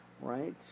right